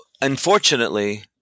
unfortunately